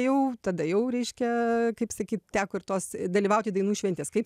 jau tada jau reiškia kaip sakyt teko ir tos dalyvauti dainų šventės kaip